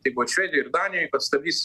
tai buvo švedijoj ir danijoj kad stabdys